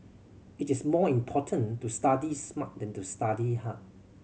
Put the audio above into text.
it is more important to study smart than to study hard